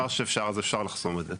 אפשר לחסום את זה.